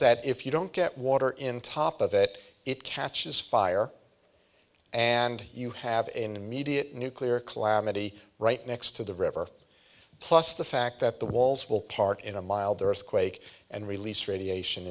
that if you don't get water in top of it it catches fire and you have an immediate nuclear calamity right next to the river plus the fact that the walls will part in a mild earthquake and release radiation